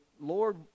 Lord